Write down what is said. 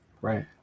right